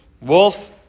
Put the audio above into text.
wolf